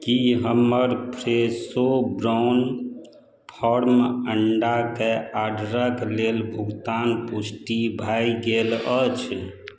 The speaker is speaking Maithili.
की हमर फ़्रेशो ब्राउन फार्म अंडाके ऑर्डरके लेल भुगतानक पुष्टि भए गेल अछि